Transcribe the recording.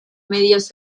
medios